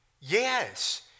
Yes